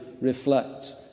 reflect